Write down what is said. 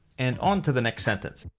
and on to the next sentence.